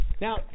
Now